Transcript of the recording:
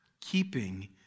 keeping